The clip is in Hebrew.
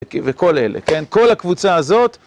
וכל אלה, כן? כל הקבוצה הזאת